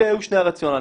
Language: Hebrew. אלה היו שני הרציונלים.